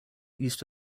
east